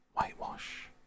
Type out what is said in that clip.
whitewash